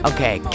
Okay